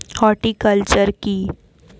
Horticulture কি?